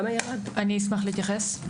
אשמח להתייחס.